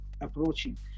approaching